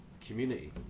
community